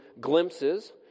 glimpses